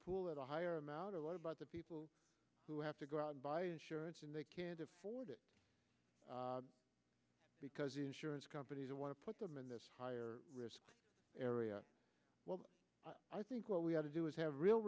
pool that a higher amount of what about the people who have to go out and buy insurance and they can't afford it because the insurance companies want to put them in the higher risk area i think what we have to do is have real